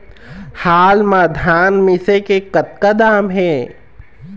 हाल मा धान मिसे के कतका दाम हे?